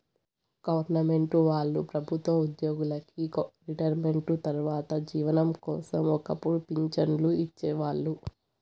government వాళ్ళు ప్రభుత్వ ఉద్యోగులకి రిటైర్మెంటు తర్వాత జీవనం కోసం ఒక్కపుడు పింఛన్లు ఇచ్చేవాళ్ళు